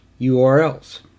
URLs